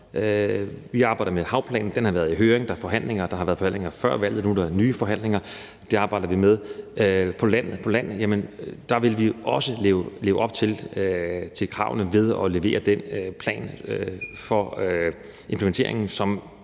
Vi arbejder med havplanen. Den har været i høring, og der er forhandlinger. Der har været forhandlinger før valget, og nu er der nye forhandlinger. Det arbejder vi med. På land vil vi også leve op til kravene ved at levere den plan for implementeringen,